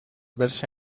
verse